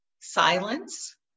silence